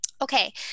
Okay